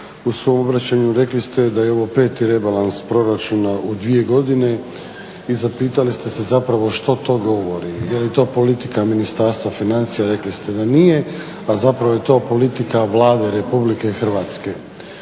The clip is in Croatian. u svom obraćanju rekli ste da je ovo 5.rebalans proračuna u dvije godine i zapitali ste se zapravo što to govori? Jeli to politika Ministarstva financija? Rekli ste da nije, a zapravo je to politika Vlade RH. I ako se